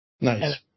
Nice